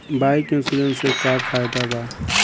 Bike insurance से का फायदा बा?